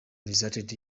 resulted